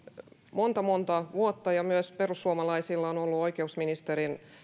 monta monta vuotta ja myös perussuomalaisilla on ollut oikeusministerin